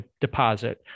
deposit